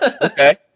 Okay